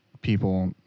people